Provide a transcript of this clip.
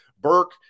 burke